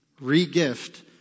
Re-gift